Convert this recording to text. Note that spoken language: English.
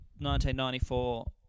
1994